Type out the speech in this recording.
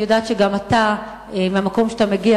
אני יודעת שמהמקום שאתה מגיע,